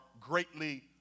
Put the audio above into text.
greatly